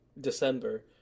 December